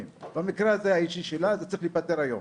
במקרה הזה האישי שלה, זה צריך להיפתר היום.